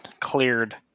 cleared